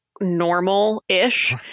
normal-ish